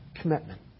commitment